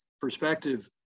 perspective